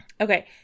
Okay